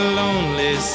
lonely